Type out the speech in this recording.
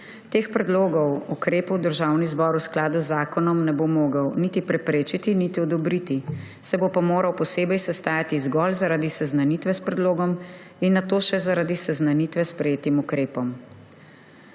Teh predlogov ukrepov Državni zbor v skladu z zakonom ne bo mogel niti preprečiti niti odobriti, se bo pa moral posebej sestajati zgolj zaradi seznanitve s predlogom in nato še zaradi seznanitve s sprejetim ukrepom.